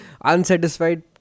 unsatisfied